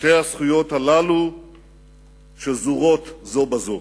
שתי הזכויות הללו שזורות זו בזו.